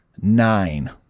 nine